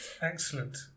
Excellent